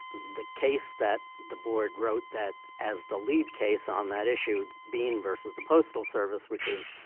the case that the board wrote that as the lead case on that issue, bean versus the postal service, which is